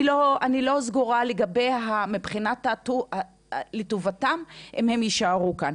אני לא בטוחה האם מבחינת טובתם הם יישארו כאן.